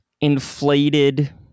Inflated